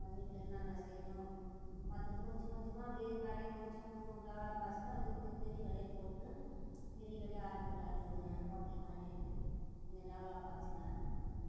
ஆனால் வீட்டில் என்ன என்ன செய்யணும் மற்றது கொஞ்சம் கொஞ்சமாக அப்படியே கடையை கொஞ்சம் டெவெலப் ஆச்சுன்னால் அப்படியே பெரிய கடையாக போட்டு பெரிய கடையாக ஆரம்பிக்கலான்னு இருக்கிறேன் ஹோட்டல் மாதிரி கொஞ்சம் டெவெலப் ஆச்சுன்னால்